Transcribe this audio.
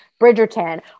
Bridgerton